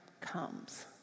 comes